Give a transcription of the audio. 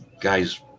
guys